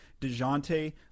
DeJounte